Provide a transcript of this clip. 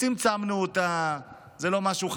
צמצמנו אותה, הוא לא משהו חשוב,